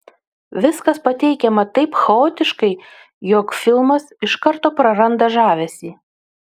viskas pateikiama taip chaotiškai jog filmas iš karto praranda žavesį